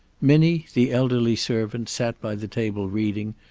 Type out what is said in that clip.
minnie, the elderly servant, sat by the table reading,